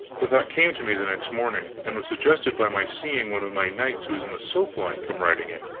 the thought came to me the next morning, and was suggested by my seeing one of my knights who was in the soap line come riding in.